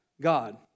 God